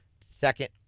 second